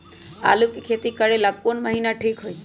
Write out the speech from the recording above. आलू के खेती करेला कौन महीना ठीक होई?